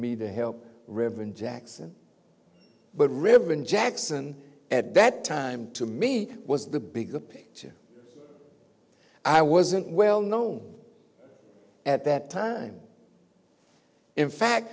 me to help reverend jackson but ribbon jackson at that time to me was the bigger picture i wasn't well known at that time in fact